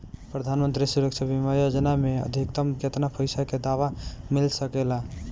प्रधानमंत्री सुरक्षा बीमा योजना मे अधिक्तम केतना पइसा के दवा मिल सके ला?